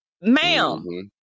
ma'am